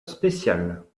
spécial